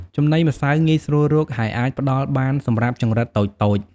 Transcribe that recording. ចំណីម្សៅងាយស្រួលរក ហើយអាចផ្តល់បានសម្រាប់ចង្រិតតូចៗ។